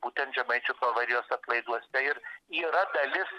būtent žemaičių kalvarijos atlaiduose ir yra dalis